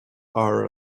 are